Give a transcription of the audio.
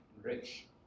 rich